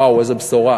וואו, איזה בשורה.